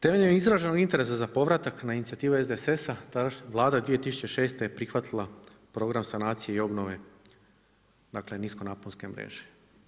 Temeljem izraženog interesa za povratak na inicijativu SDSS-a, tadašnja Vlada 2006. je prihvatila program sanacije i obnove dakle, nisko naponske mreže.